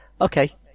Okay